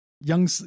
young